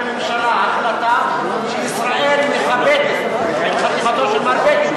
בממשלה החלטה שישראל מכבדת את חתימתו של מר בגין,